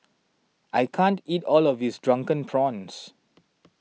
I can't eat all of this Drunken Prawns